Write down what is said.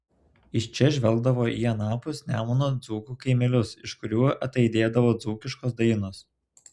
iš čia žvelgdavo į anapus nemuno dzūkų kaimelius iš kurių ataidėdavo dzūkiškos dainos